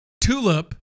Tulip